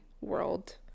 world